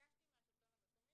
ביקשתי מהשלטון המקומי.